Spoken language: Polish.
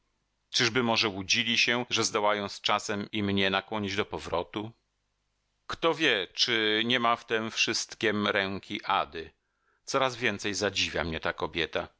czyżby może łudzili się że zdołają z czasem i mnie nakłonić do powrotu kto wie czy niema w tem wszystkiem ręki ady coraz więcej zadziwia mnie ta kobieta